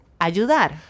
ayudar